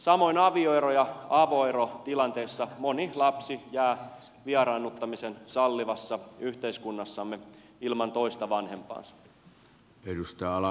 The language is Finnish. samoin avioero ja avoerotilanteessa moni lapsi jää vieraannuttamisen sallivassa yhteiskunnassamme ilman toista vanhempaansa